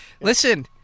Listen